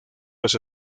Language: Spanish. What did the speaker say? los